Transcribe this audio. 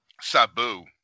Sabu